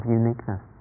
uniqueness